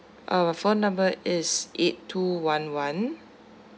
our phone number is eight two one one